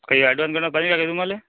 काही ॲडवान्स बिडवान्स पाहिजे का काही तुम्हाला